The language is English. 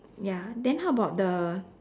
ya then how about the